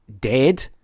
dead